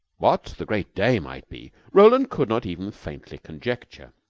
what the great day might be roland could not even faintly conjecture.